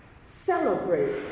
celebrate